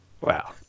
Wow